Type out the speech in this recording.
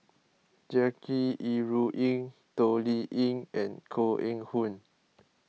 Jackie Yi Ru Ying Toh Liying and Koh Eng Hoon